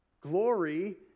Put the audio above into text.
glory